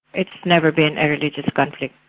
it's never been a religious conflict.